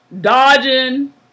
dodging